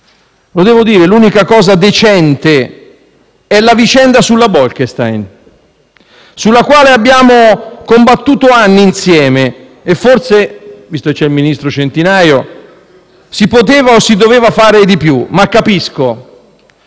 il 4 marzo. L'unica cosa decente è la vicenda sulla Bolkestein, sulla quale abbiamo combattuto anni insieme e forse - visto che c'è il ministro Centinaio - si poteva o si doveva fare di più, ma capisco